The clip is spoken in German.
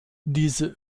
diese